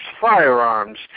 firearms